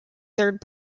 third